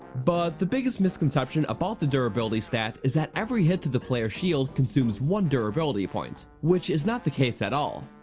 but the biggest misconception about the durability stat is that every hit to the players shield consumes one durability point, which is not the case at all.